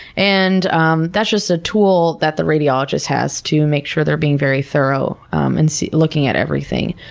and um that's just a tool that the radiologist has to make sure they're being very thorough and looking at everything.